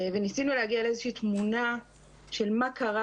וניסינו להגיע לאיזושהי תמונה של מה קרה